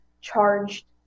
charged